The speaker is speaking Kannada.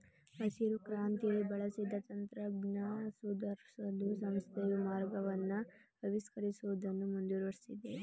ಹಸಿರುಕ್ರಾಂತಿಲಿ ಬಳಸಿದ ತಂತ್ರನ ಸುಧಾರ್ಸಲು ಸಂಸ್ಥೆಯು ಮಾರ್ಗವನ್ನ ಆವಿಷ್ಕರಿಸುವುದನ್ನು ಮುಂದುವರ್ಸಿದೆ